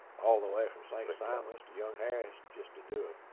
all the way from st. simon's to young harris just to do a